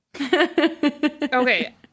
okay